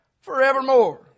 forevermore